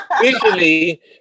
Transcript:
visually